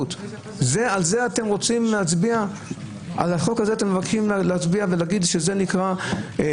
על החוק הזה אתם מבקשים להצביע ולהגיד שזאת החמרה?